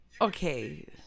Okay